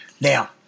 now